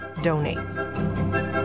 donate